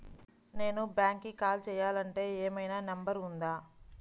నేను బ్యాంక్కి కాల్ చేయాలంటే ఏమయినా నంబర్ ఉందా?